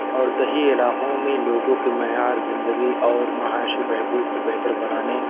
اور دیہی علاقوں میں لوگوں کے معیار زندگی اور معاشی بہبود کو بہتر بنانے